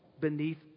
beneath